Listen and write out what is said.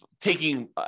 taking